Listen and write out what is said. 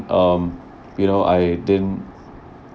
um you know I didn't